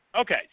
okay